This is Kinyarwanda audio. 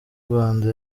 rwanda